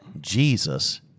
Jesus